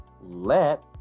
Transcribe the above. let